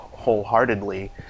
wholeheartedly